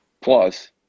plus